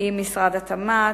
עם משרד התמ"ת,